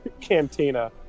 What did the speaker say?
Cantina